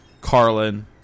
Carlin